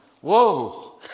whoa